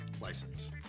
license